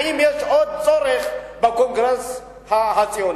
האם יש עוד צורך בקונגרס הציוני?